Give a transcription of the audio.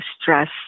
stress